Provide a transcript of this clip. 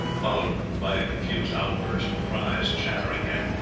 followed by a confused outburst of cries, chattering, and,